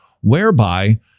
whereby